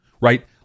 right